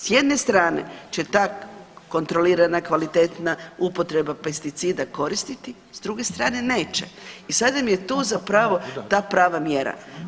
S jedne strane će ta kontrolirana kvalitetna upotreba pesticida koristiti, s druge strane neće i sad vam je tu zapravo ta prava mjera.